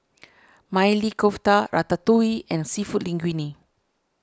Maili Kofta Ratatouille and Seafood Linguine